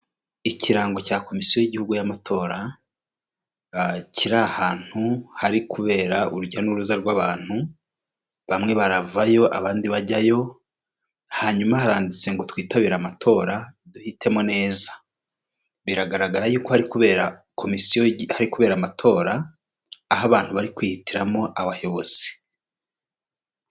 Ikirango cya komisiyo y'igihugu y'amatora kiri ahantu hari kubera urujya n'uruza rw'abantu bamwe baravayo abandi bajyayo hanyuma haranditse ngo twitabire amatora duhitemo neza biragaragara yuko ari kubera komisiyohari kubera amatora aho abantu bari kwihitiramo abayobozi.